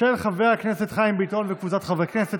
של חבר הכנסת חיים ביטון וקבוצת חברי הכנסת.